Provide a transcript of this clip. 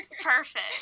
Perfect